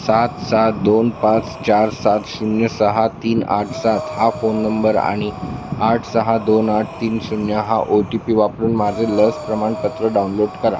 सात सात दोन पाच चार सात शून्य सहा तीन आठ सात हा फोन नंबर आणि आठ सहा दोन आठ तीन शून्य हा ओ टी पी वापरून माझे लस प्रमाणपत्र डाउनलोड करा